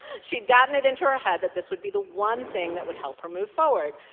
she'd gotten it into her head that this would be the one thing that would help her move forward.